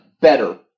better